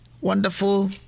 wonderful